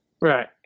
Right